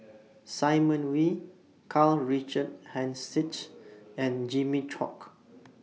Simon Wee Karl Richard Hanitsch and Jimmy Chok